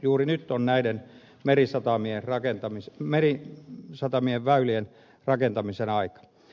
juuri nyt on näiden merisatamien väylien rakentamisen aika